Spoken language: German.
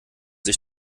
sich